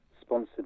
sponsored